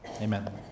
Amen